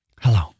Hello